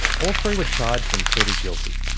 all three were charged and pleaded guilty.